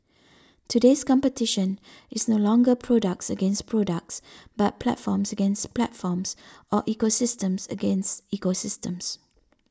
today's competition is no longer products against products but platforms against platforms or ecosystems against ecosystems